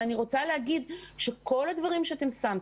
אני רוצה להגיד שכל הדברים שאתם שמתם,